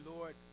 Lord